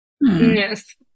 Yes